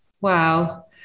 Wow